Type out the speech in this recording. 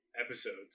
episodes